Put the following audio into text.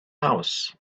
house